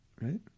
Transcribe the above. Right